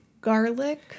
Garlic